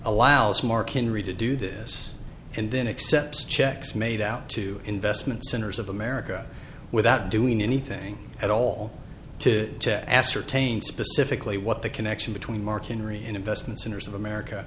allows more can read to do this and then accept checks made out to investment centers of america without doing anything at all to ascertain specifically what the connection between martin reinvestment centers of america